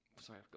sorry